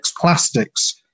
Plastics